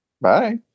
Bye